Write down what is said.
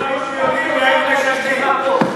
לא שיבחתי אותך בגלל שאשתך פה.